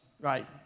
right